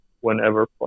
whenever